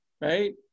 right